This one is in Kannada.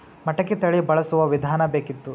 ಮಟಕಿ ತಳಿ ಬಳಸುವ ವಿಧಾನ ಬೇಕಿತ್ತು?